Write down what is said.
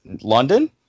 London